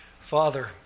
Father